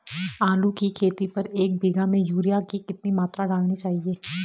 आलू की खेती पर एक बीघा में यूरिया की कितनी मात्रा डालनी चाहिए?